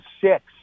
six